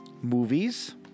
Movies